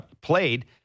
played